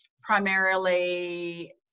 primarily